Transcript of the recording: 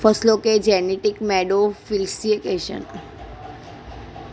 फसलों के genetic modification से फसलों का उत्पादन बढ़ जाता है